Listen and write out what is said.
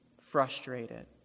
frustrated